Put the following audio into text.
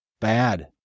bad